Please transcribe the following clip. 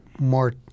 more